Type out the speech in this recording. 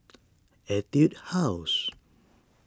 Etude House